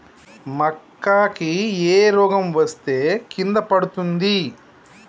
మక్కా కి ఏ రోగం వస్తే కింద పడుతుంది?